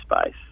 space